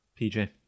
PJ